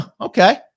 Okay